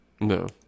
No